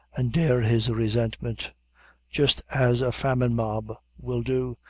and dare his resentment just as a famine mob will do,